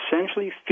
essentially